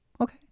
okay